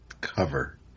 cover